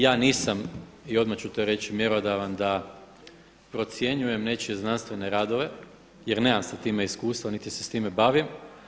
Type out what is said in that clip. Ja nisam i odmah ću to reći mjerodavan da procjenjujem nečije znanstvene radove jer nema sa time iskustva niti se sa time bavim.